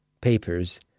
papers